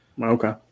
Okay